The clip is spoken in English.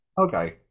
Okay